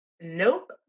Nope